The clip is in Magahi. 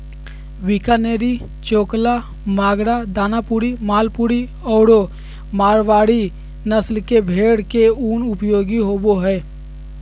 बीकानेरी, चोकला, मागरा, दानपुरी, मालपुरी आरो मारवाड़ी नस्ल के भेड़ के उन उपयोग होबा हइ